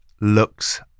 looks